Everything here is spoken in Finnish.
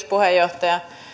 puheenjohtaja